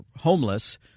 homeless